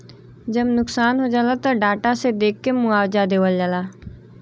जब नुकसान हो जाला त डाटा से देख के मुआवजा देवल जाला